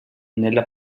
nella